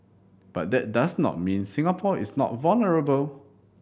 but that does not mean Singapore is not vulnerable